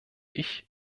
ich